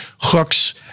hooks